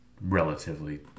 relatively